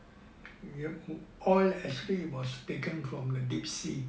you oil actually was taken from the deep sea